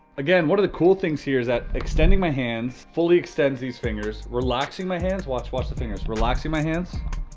again, one of the cool things here is that extending my hands fully extends these fingers, relaxing my hands, watch watch the fingers, relaxing my hands,